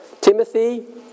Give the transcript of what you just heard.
Timothy